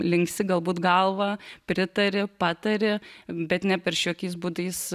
linksi galbūt galva pritari patari bet neperši jokiais būdais